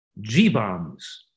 G-BOMBS